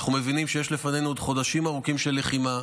אנחנו מבינים שיש לפנינו עוד חודשים ארוכים של לחימה.